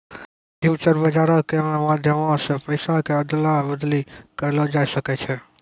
future बजारो के मे माध्यमो से पैसा के अदला बदली करलो जाय सकै छै